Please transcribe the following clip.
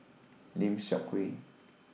Lim Seok Hui